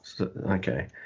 okay